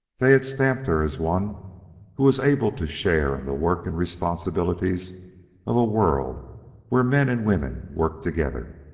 they had stamped her as one who was able to share in the work and responsibilities of a world where men and women worked together.